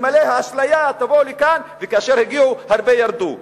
אלמלא האשליה "תבוא לכאן" וכאשר הגיעו, הרבה ירדו.